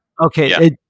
Okay